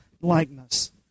likeness